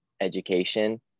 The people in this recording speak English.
education